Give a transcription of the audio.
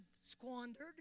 squandered